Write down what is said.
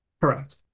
Correct